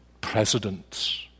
presidents